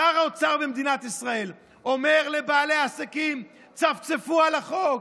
שר האוצר במדינת ישראל אומר לבעלי העסקים: צפצפו על החוק.